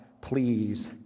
please